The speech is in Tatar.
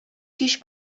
кич